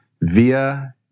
Via